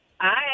Hi